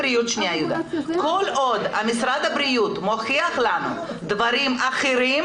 כל עוד משרד הבריאות מוכיח לנו דברים אחרים,